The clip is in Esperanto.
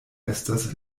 estas